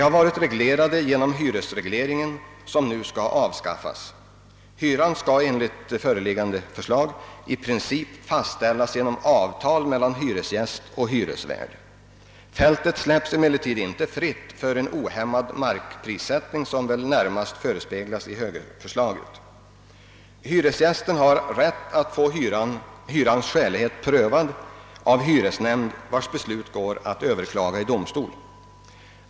Härvidlag har hittills hyresregleringen, som nu skall avskaffas, verkat. Hyran skall enligt det föreliggande förslaget i princip fastställas genom avtal mellan hyresvärd och hyresgäst. Fältet släpps emellertid inte fritt för en ohämmad marknadsprissättning, vilket väl närmast är avsikten med högerförslaget. Hyresgästen har rätt att få hyrans skälighet prövad av hyresnämnd, vars beslut går att överklaga i domstol.